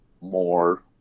more